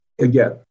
Again